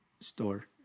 Store